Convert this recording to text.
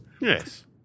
Yes